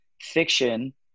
Fiction